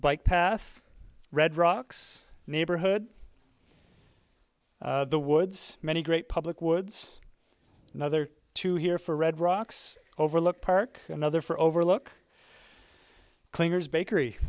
bike path red rocks neighborhood the woods many great public woods another two here for red rocks overlook park another for overlook clingers bakery